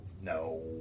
No